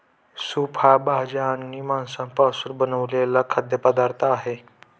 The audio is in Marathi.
सूप हा भाज्या आणि मांसापासून बनवलेला खाद्य पदार्थ आहे